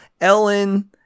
Ellen